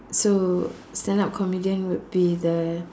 so stand up comedian would be the